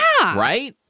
Right